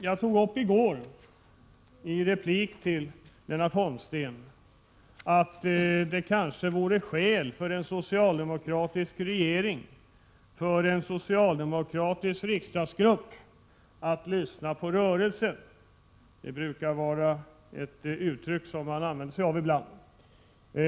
I går tog jag i replik till Lennart Holmsten upp det förhållandet att det kanske vore skäl för en socialdemokratisk regering och riksdagsgrupp att lyssna till rörelsen. Det brukar vara ett uttryck som man använder sig av ibland.